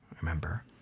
remember